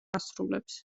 ასრულებს